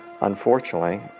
Unfortunately